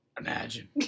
Imagine